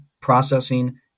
processing